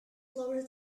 closer